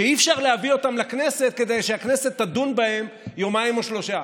שאי-אפשר להביא אותן לכנסת כדי שהכנסת תדון בהן יומיים או שלושה.